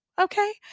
Okay